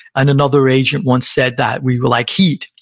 and another agent once said that we were like heat.